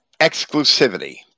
exclusivity